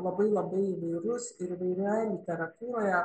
labai labai įvairus ir įvairioj literatūroje